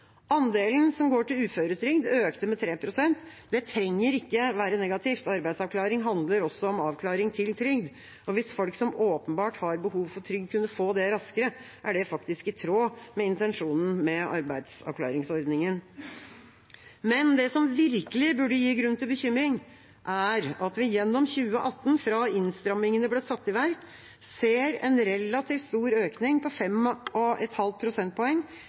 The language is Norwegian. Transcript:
Andelen som går til uføretrygd, økte med 3 prosentpoeng. Det trenger ikke være negativt. Arbeidsavklaring handler også om avklaring til trygd. Hvis folk som åpenbart har behov for trygd, kunne få det raskere, er det faktisk i tråd med intensjonen med arbeidsavklaringsordningen. Men det som virkelig burde gi grunn til bekymring, er at vi gjennom 2018, fra innstrammingene ble satt i verk, ser en relativt stor økning på